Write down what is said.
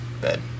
bed